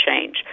change